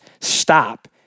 stop